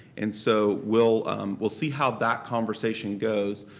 and so we'll we'll see how that conversation goes.